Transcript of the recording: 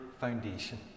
foundation